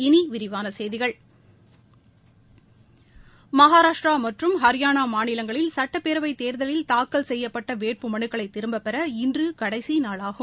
இனி விரிவான செய்திகள் மகாராஷ்டிரா மற்றும் ஹரியானா மாநிலங்களில் சட்டப்பேரவை தோதலில் தாக்கல் செய்யப்பட்ட வேட்புமனுக்களை திரும்பப்பெற இன்று கடைசி நாளாகும்